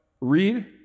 read